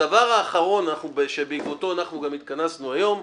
הדבר האחרון שבעקבותיו אנחנו גם התכנסנו היום,